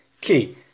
key